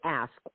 ask